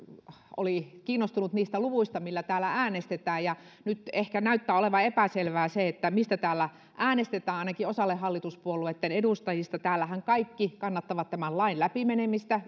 oli kiinnostunut niistä luvuista millä täällä äänestetään nyt ehkä näyttää olevan epäselvää se mistä täällä äänestetään ainakin osalle hallituspuolueitten edustajista täällähän kaikki kannattavat tämän lain läpi menemistä